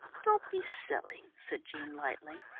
don't be silly, said jean lightly.